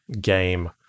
game